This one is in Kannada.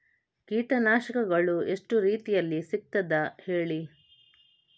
ಕೀಟನಾಶಕಗಳು ಎಷ್ಟು ರೀತಿಯಲ್ಲಿ ಸಿಗ್ತದ ಹೇಳಿ